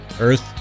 earth